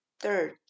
Third